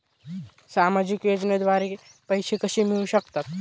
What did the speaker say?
सामाजिक योजनेद्वारे पैसे कसे मिळू शकतात?